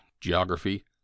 geography